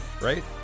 right